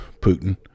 Putin